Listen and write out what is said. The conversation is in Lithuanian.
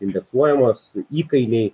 imituojamos įkainiai